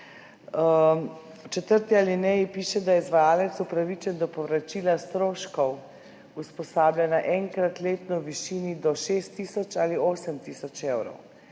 V četrti alineji piše, da je izvajalec upravičen do povračila stroškov usposabljanja enkrat letno v višini do šest tisoč ali osem tisoč evrov